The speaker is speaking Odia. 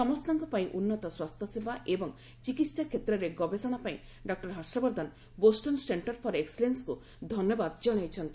ସମସ୍ତଙ୍କ ପାଇଁ ଉନ୍ନତ ସ୍ୱାସ୍ଥ୍ୟସେବା ଏବଂ ଚିକିତ୍ସା କ୍ଷେତ୍ରରେ ଗବେଷଣା ପାଇଁ doctor Harshvardhan Boston centre for ଏକ୍ସଲେନ୍ସକ୍ ଧନ୍ୟବାଦ ଜଣାଇଛନ୍ତି